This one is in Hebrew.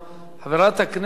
חברת הכנסת